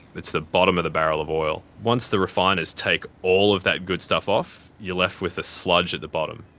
it's the bottom of the barrel of oil. once the refiners take all of that good stuff off, you're left with the ah sludge at the bottom.